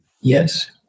Yes